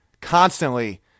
constantly